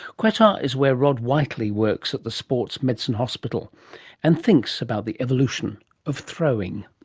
qatar is where rod whiteley works at the sports medicine hospital and thinks about the evolution of throwing.